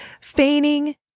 Feigning